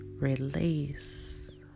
release